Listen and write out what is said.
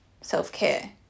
self-care